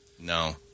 No